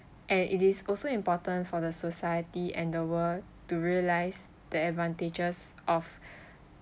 and it is also important for the society and the world to realise the advantages of